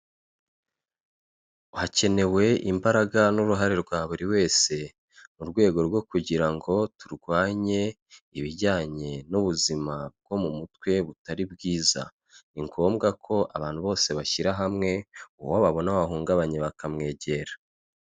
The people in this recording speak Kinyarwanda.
Hakenewe imbaraga n'uruhare rwa buri wese mu rwego rwo kugira ngo turwanye ibijyanye n'ubuzima bwo mu mutwe butari bwiza ni ngombwa ko abantu bose bashyira hamwe uwo babona wahungabanye bakamwegera.